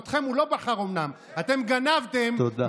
אומנם אתכם הוא לא בחר, אתם גנבתם, תודה.